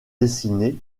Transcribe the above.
dessinées